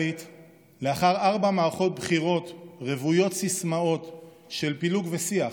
לאחר ארבע מערכות בחירות רוויות סיסמאות של פילוג ושיח